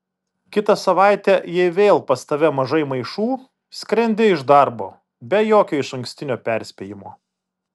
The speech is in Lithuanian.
kitą savaitę jei vėl pas tave mažai maišų skrendi iš darbo be jokio išankstinio perspėjimo